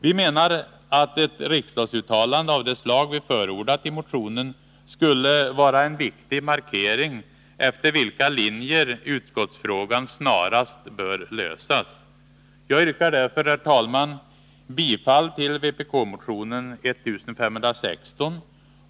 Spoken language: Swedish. Vi menar att ett riksdagsuttalande av det slag vi förordat i motionen skulle vara en viktig markering för efter vilka linjer utskottsfrågan snarast bör lösas. Jag yrkar därför, herr talman, bifall till vpk-motionen 1516.